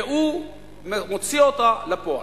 והוא מוציא אותה לפועל.